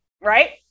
right